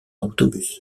autobus